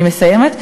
אני מסיימת.